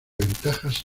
ventajas